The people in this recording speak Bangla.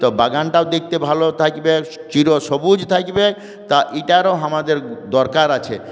তো বাগানটাও দেখতে ভালো থাকবে চিরসবুজ থাকবে তা এটারও আমাদের দরকার আছে